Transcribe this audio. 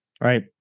right